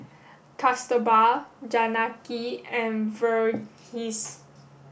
Kasturba Janaki and Verghese